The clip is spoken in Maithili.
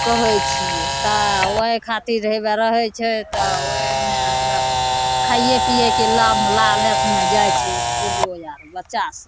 कहै छिए तऽ ओहि खातिर हेबे रहै छै तऽ ओहिमे हेबे खाइए पिएके लालचमे जाए छै इसकुलो आओर बच्चासभ